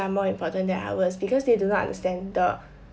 more important than ours because they do not understand the